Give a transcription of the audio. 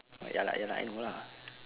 ya lah ya lah I know lah